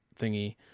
thingy